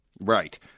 Right